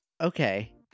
Okay